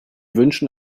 wünschen